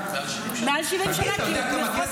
היא מתייחסת רק לאוכלוסייה חלשה.